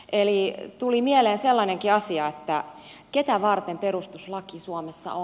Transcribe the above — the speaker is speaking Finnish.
eli tuli mieleen sellainenkin asia että ketä varten perustuslaki suomessa on